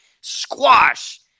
squash